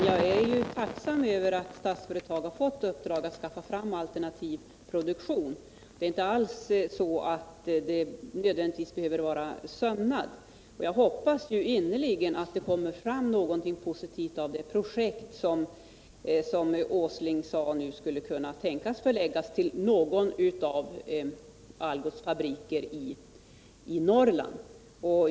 Herr talman! Jag är tacksam över att Statsföretag fått i uppdrag att skaffa fram alternativ produktion. Det är inte alls så att det nödvändigtvis behöver vara sömnad. Jag hoppas innerligt att det blir någonting positivt av det projekt som Nils Åsling sade skulle kunna tänkas förläggas till någon av Algots fabriker i Norrland.